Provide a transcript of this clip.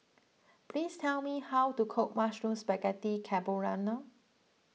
please tell me how to cook Mushroom Spaghetti Carbonara